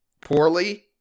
poorly